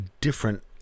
different